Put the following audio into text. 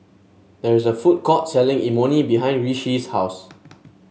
there is a food court selling Imoni behind Rishi's house